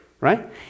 right